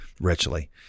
richly